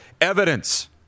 evidence